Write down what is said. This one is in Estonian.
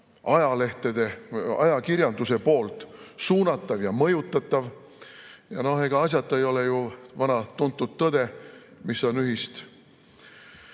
ajalehtede, ajakirjanduse kaudu suunatav ja mõjutatav. Ega asjata ei ole ju vana tuntud tõde "Mis on ühist